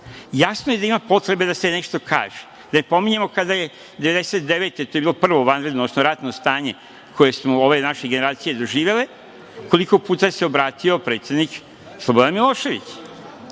Jasno je da ima potrebe da se nešto kaže, da ne pominjemo kada je 1999. godine, to je bilo prvo vanredno, odnosno ratno stanje koje su ove naše generacije doživele, koliko puta se obratio predsednik Slobodan Milošević? To